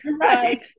Right